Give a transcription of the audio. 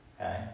okay